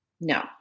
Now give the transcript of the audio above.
No